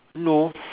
no